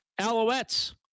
Alouettes